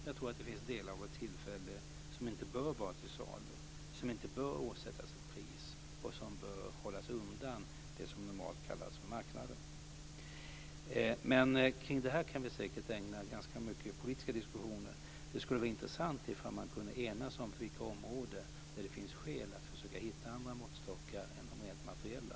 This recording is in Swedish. Jag tror att det finns delar av vår tillvaro som inte bör vara till salu, som inte bör åsättas ett pris och som bör hållas undan det som normalt kallas för marknaden. Men det här kan vi säkert ägna många politiska diskussioner. Det skulle vara intressant om man kunde enas om på vilka områden det finns skäl att försöka hitta andra måttstockar än de rent materiella.